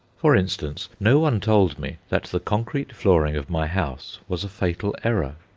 for instance, no one told me that the concrete flooring of my house was a fatal error.